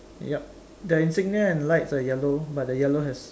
yup the insignia and lights are yellow but the yellow has